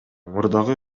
мурдагы